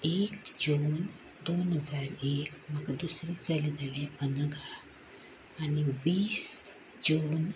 एक जून दोन हजार एक म्हाका दुसरी चली जाले अनघा आनी वीस जून